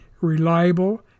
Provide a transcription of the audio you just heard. reliable